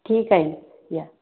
ठीक आहे या